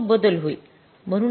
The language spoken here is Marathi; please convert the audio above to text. तर तो बदल होईल